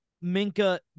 Minka